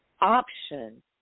option